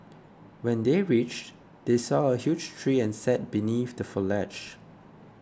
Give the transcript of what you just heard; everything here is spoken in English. when they reached they saw a huge tree and sat beneath the foliage